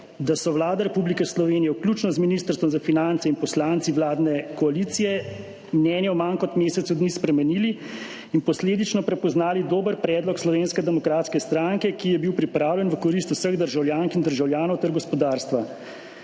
da so Vlada Republike Slovenije, vključno z Ministrstvom za finance, in poslanci vladne koalicije mnenje v manj kot mesecu dni spremenili in posledično prepoznali dober predlog Slovenske demokratske stranke, ki je bil pripravljen v korist vseh državljank in državljanov ter gospodarstva.